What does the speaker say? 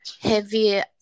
heavy